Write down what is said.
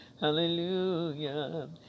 hallelujah